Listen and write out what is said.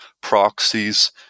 proxies